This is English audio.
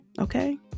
Okay